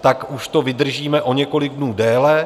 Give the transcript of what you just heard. Tak už to vydržíme o několik dnů déle.